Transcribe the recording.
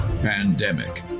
Pandemic